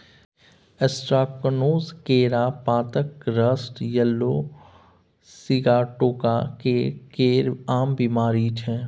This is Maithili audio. एंट्राकनोज, केरा पातक रस्ट, येलो सीगाटोका केरा केर आम बेमारी छै